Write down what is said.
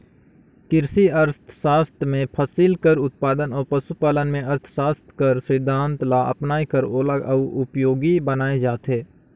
किरसी अर्थसास्त्र में फसिल कर उत्पादन अउ पसु पालन में अर्थसास्त्र कर सिद्धांत ल अपनाए कर ओला अउ उपयोगी बनाए जाथे